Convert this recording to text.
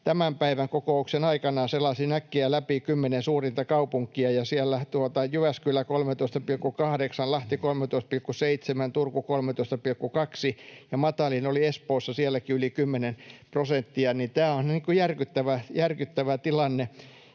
Tämän päivän kokouksen aikana selasin äkkiä läpi kymmenen suurinta kaupunkia, ja siellä oli Jyväskylässä 13,8, Lahdessa 13,7, Turussa 13,2, ja matalin oli Espoossa, sielläkin yli 10 prosenttia. Tämä on järkyttävä tilanne.